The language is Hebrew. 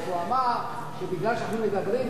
מה שהוא אמר זה שמשום שאנחנו מדברים,